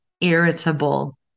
irritable